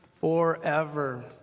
forever